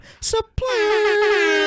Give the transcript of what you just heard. supply